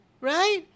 Right